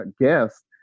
guest